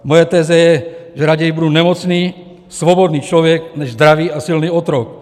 Moje teze je, že raději budu nemocný svobodný člověk než zdravý a silný otrok.